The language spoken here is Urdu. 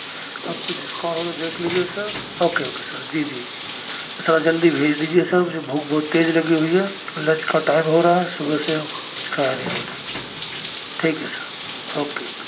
اگر کچھ ڈسکاؤنٹ ہو تو دیکھ لیجیے سر اوکے اوکے سر جی جی ذرا جلدی بھیج دیجیے سر مجھے بھوک بہت تیز لگی ہوئی ہے پھر لنچ کا ٹائم ہو رہا ہے صبح سے ہم کچھ کھایا نہیں ہے ہم نے ٹھیک ہے سر اوکے اوکے